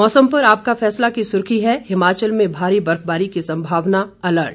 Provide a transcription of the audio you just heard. मौसम पर आपका फैसला की सुर्खी है हिमाचल में भारी बर्फबारी की संभावना अलर्ट